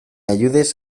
ayudes